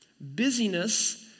Busyness